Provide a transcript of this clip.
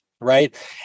Right